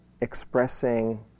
expressing